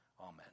Amen